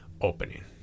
opening